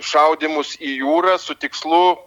šaudymus į jūrą su tikslu